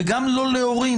וגם לא להורים.